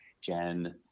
Jen